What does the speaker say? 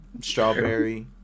strawberry